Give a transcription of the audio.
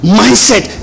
mindset